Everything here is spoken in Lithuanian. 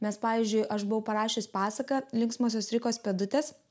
nes pavyzdžiui aš buvau parašiusi pasaką linksmosios rikos pėdutės